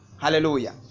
hallelujah